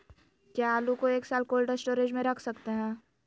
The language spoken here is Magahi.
क्या आलू को एक साल कोल्ड स्टोरेज में रख सकते हैं?